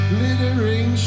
Glittering